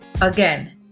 again